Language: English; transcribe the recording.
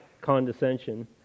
condescension